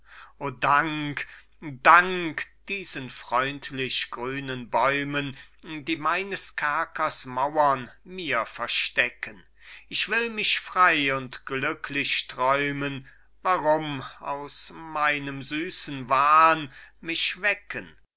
o dank dank diesen freundlich grünen bäumen die meines kerkers mauern mir verstecken ich will mich frei und glücklich träumen warum aus meinem süßen wahn mich wecken